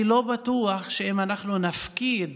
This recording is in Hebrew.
אז אני לא בטוח שאם אנחנו נפקיד